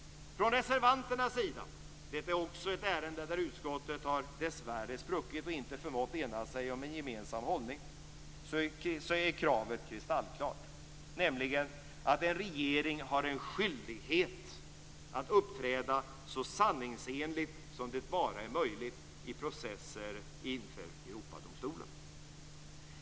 Från reservanternas sida - detta är också ett ärende där utskottet dessvärre har spruckit och inte förmått ena sig om en gemensam hållning - är kravet kristallklart, nämligen att en regering har en skyldighet att uppträda så sanningsenligt som det bara är möjligt i processer inför Europadomstolen.